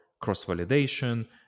cross-validation